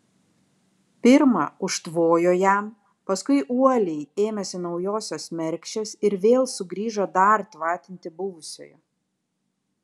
pirma užtvojo jam paskui uoliai ėmėsi naujosios mergšės ir vėl sugrįžo dar tvatinti buvusiojo